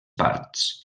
parts